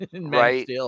Right